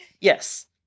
Yes